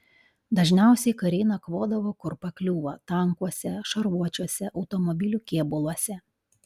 dažniausiai kariai nakvodavo kur pakliūva tankuose šarvuočiuose automobilių kėbuluose